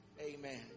Amen